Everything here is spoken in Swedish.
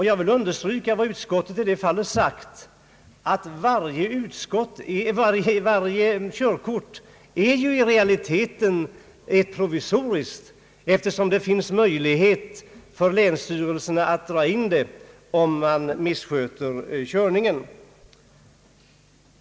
Jag vill understryka vad utskottet i detta fall sagt, att varje körkort i realiteten ju är provisoriskt, eftersom det finns möjlighet för länsstyrelsen att dra in det, om vederbörande missköter körningen.